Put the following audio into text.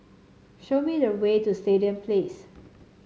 show me the way to Stadium Place